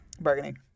Bargaining